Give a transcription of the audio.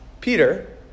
Peter